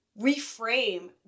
reframe